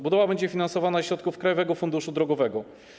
Budowa będzie finansowana ze środków Krajowego Funduszu Drogowego.